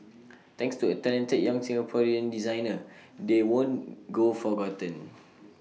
thanks to A talented young Singaporean designer they won't go forgotten